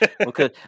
okay